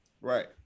Right